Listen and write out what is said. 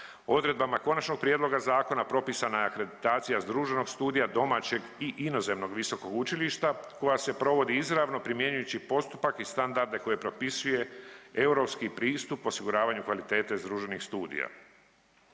Odredbama Konačnog prijedloga zakona propisana je akreditacija združenog studija domaćeg i inozemnog visokog učilišta koja se provodi izravno primjenjujući postupak i standarde koje propisuje europski pristup osiguravanju kvalitete združenih studija.